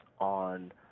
on